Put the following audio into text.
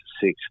six